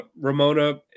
Ramona